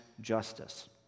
justice